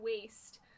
waste